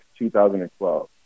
2012